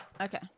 Okay